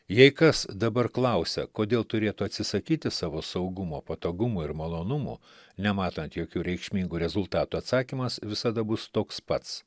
jei kas dabar klausia kodėl turėtų atsisakyti savo saugumo patogumo ir malonumų nematant jokių reikšmingų rezultatų atsakymas visada bus toks pats